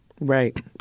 Right